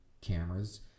cameras